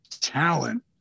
talent